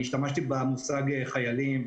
אני השתמשתי במושג חיילים,